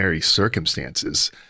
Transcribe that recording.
circumstances